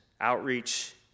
outreach